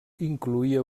incloïa